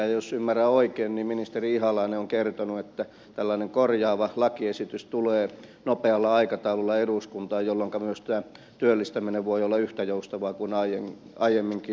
ja jos ymmärrän oikein niin ministeri ihalainen on kertonut että tällainen korjaava lakiesitys tulee nopealla aikataululla eduskuntaan jolloinka myös tämä työllistäminen voi olla yhtä joustavaa kuin aiemminkin